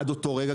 עד אותו רגע,